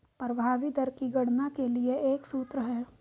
प्रभावी दर की गणना के लिए एक सूत्र है